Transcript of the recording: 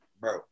Bro